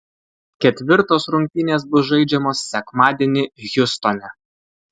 ketvirtos rungtynės bus žaidžiamos sekmadienį hjustone